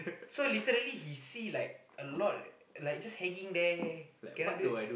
so literally he see like a lot like just hanging there cannot do